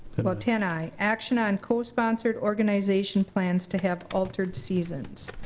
well, ten i. action on co-sponsored organization plans to have altered seasons.